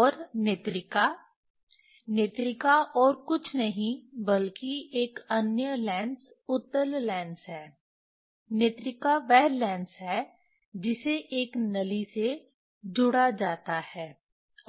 और नेत्रिका नेत्रिका और कुछ नहीं बल्कि एक अन्य लेंस उत्तल लेंस है नेत्रिका वह लेंस है जिसे एक नली से जुड़ा जाता है